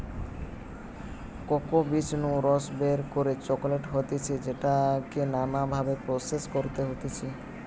cocoa বীজ নু রস বের করে চকলেট হতিছে যেটাকে নানা ভাবে প্রসেস করতে হতিছে